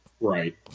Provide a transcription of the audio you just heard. Right